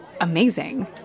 amazing